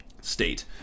State